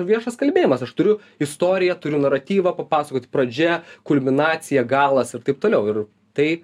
viešas kalbėjimas aš turiu istoriją turiu naratyvą papasakot pradžia kulminacija galas ir taip toliau ir tai